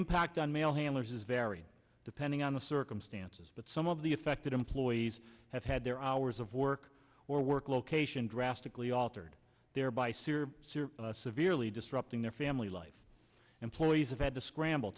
impact on mail handlers is very depending on the circumstances but some of the affected employees have had their hours of work or work location drastically altered thereby sera sera severely disrupting their family life employees have had to scramble